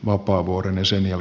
vapaavuoren asemia